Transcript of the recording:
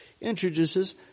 introduces